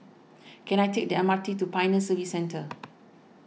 can I take the M R T to Pioneer Service Centre